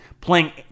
playing